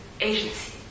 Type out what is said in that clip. agency